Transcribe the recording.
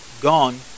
gone